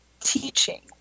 teaching